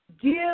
give